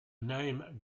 name